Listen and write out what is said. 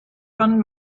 von